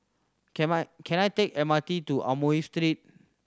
came I can I take M R T to Amoy Street